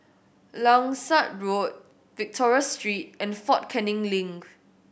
Langsat Road Victoria Street and Fort Canning Link